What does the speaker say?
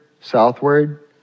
southward